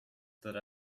that